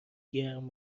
گرم